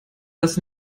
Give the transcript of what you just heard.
das